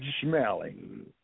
Smelling